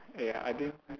ya I didn't